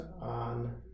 on